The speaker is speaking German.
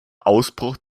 ausbruch